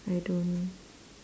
I don't